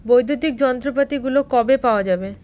বৈদ্যুতিক যন্ত্রপাতিগুলো কবে পাওয়া যাবে